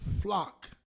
flock